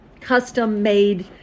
custom-made